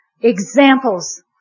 examples